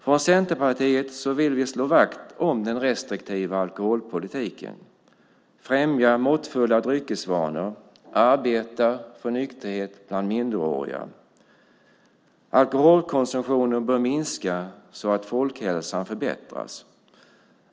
Från Centerpartiet vill vi slå vakt om den restriktiva alkoholpolitiken, främja måttfulla dryckesvanor och arbeta för nykterhet bland minderåriga. Alkoholkonsumtionen bör minska så att folkhälsan förbättras.